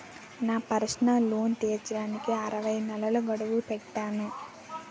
నా personal loan తీర్చడానికి అరవై నెలల గడువు పెట్టాను